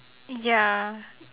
ya